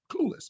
Clueless